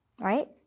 right